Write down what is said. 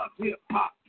hip-hop